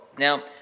Now